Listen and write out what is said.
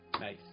Nice